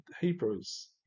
Hebrews